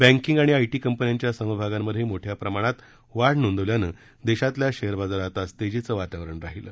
बँकिग आणि I T कंपन्यांच्या समभागांत मोठ्या प्रमाणात वाढ नोंदवल्यानं देशातल्या शेअर बाजारात आज तेजीचं वातावरण राहिलं